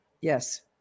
Yes